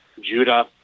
Judah